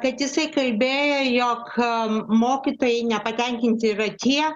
kad jisai kalbėjo jog mokytojai nepatenkinti yra tie